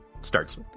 starts